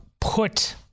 put